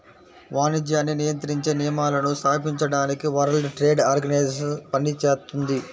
వాణిజ్యాన్ని నియంత్రించే నియమాలను స్థాపించడానికి వరల్డ్ ట్రేడ్ ఆర్గనైజేషన్ పనిచేత్తుంది